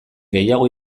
gehiago